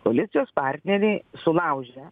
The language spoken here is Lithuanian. koalicijos partneriai sulaužė